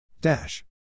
Dash